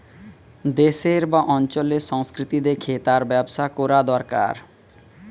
দেশের বা অঞ্চলের সংস্কৃতি দেখে তার ব্যবসা কোরা দোরকার